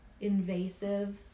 invasive